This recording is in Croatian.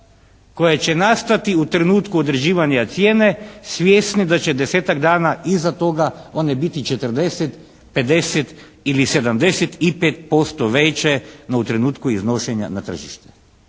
koje će nastati u trenutku određivanja cijene svjesni da će desetak dana iza toga one biti 40, 50 ili 75% veće, no u trenutku iznošenja na tržište?